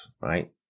right